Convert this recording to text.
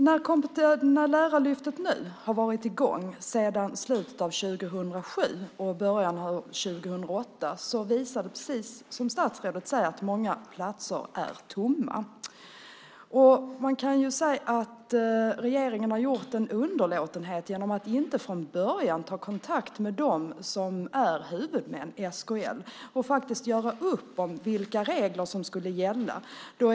När Lärarlyftet nu har varit i gång sedan slutet av 2007 och början av 2008 visar det sig, precis som statsrådet säger, att många platser är tomma. Man kan säga att regeringen har gjort en underlåtenhet genom att inte från början ta kontakt med dem som är huvudmän, SKL, och göra upp om vilka regler som skulle gälla.